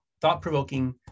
thought-provoking